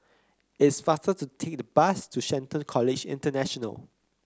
it's faster to take the bus to Shelton College International